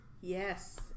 Yes